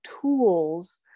tools